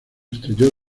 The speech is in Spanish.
estrelló